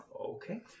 Okay